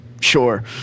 Sure